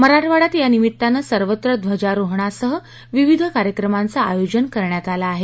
मराठवाङ्यात या निमित्तानं सर्वत्र ध्वजारोहणासह विविध कार्यक्रमांचं आयोजन करण्यात आलं आहे